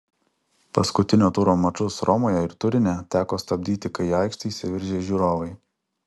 paskutinio turo mačus romoje ir turine teko stabdyti kai į aikštę įsiveržė žiūrovai